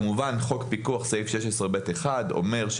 כמובן שחוק פיקוח 16(ב)(1) אומר,